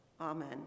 amen